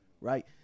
right